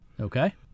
Okay